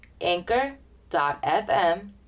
anchor.fm